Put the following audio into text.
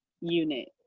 unit